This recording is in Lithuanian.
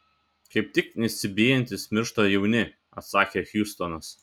kaip tik nesibijantys miršta jauni atsakė hjustonas